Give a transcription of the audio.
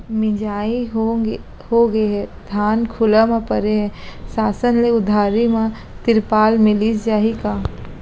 मिंजाई होगे हे, धान खुला म परे हे, शासन ले उधारी म तिरपाल मिलिस जाही का?